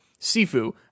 Sifu